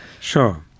Sure